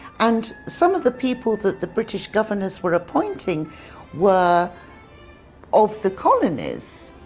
and some of the people that the british governors were appointing were of the colonies.